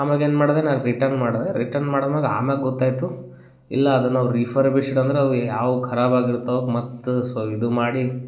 ಆಮ್ಯಾಲ್ ಏನು ಮಾಡಿದೆ ನಾನು ರಿಟರ್ನ್ ಮಾಡಿದೆ ರಿಟರ್ನ್ ಮಾಡಿದ್ ಮ್ಯಾಲ ಆಮ್ಯಾಲ್ ಗೊತ್ತಾಯಿತು ಇಲ್ಲ ಅದನ್ನು ಅವ್ರು ರಿಫರ್ಬಿಶ್ಡ್ ಅಂದ್ರೆ ಅವು ಏ ಯಾವ ಖರಾಬ್ ಆಗಿರತ್ತೋ ಅವ್ಕೆ ಮತ್ತೆ ಸೊ ಇದು ಮಾಡಿ